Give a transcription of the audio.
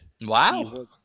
Wow